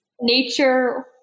nature